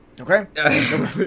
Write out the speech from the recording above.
Okay